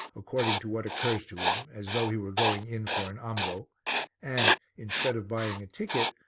according to what occurs to him as though he were going in for an ambo and, instead of buying a ticket,